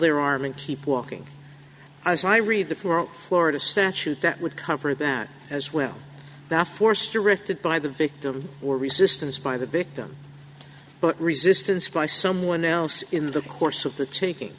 their arm and keep walking as i read the florida statute that would cover that as well now force directed by the victim or resistance by the victim but resistance by someone else in the course of the taking